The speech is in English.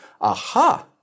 aha